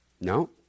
No